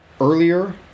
earlier